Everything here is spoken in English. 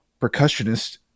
percussionist